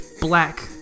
black